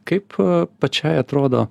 kaip pačiai atrodo